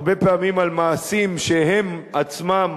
הרבה פעמים על מעשים שהם עצמם